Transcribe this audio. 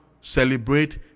celebrate